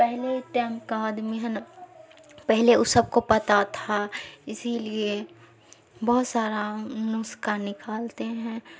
پہلے ٹائم کا آدمی ہے نا پہلے اس سب کو پتہ تھا اسی لیے بہت سارا نسخہ نکالتے ہیں